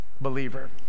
believer